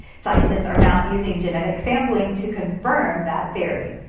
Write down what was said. scientists are now using genetic sampling to confirm that theory.